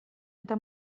eta